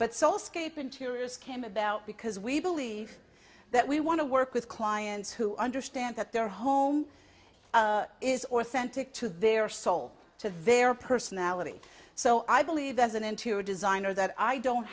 but soul scape interiors came about because we believe that we want to work with clients who understand that their home is authentic to their soul to their personality so i believe as an interior designer that i don't